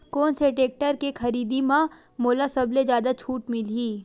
कोन से टेक्टर के खरीदी म मोला सबले जादा छुट मिलही?